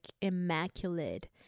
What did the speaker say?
immaculate